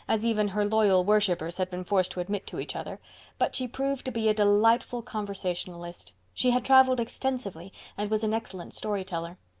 as even her loyal worshippers had been forced to admit to each other but she proved to be a delightful conversationalist. she had traveled extensively and was an excellent storyteller.